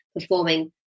performing